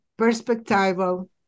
perspectival